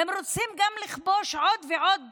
הם רוצים לכבוש עוד ועוד